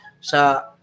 sa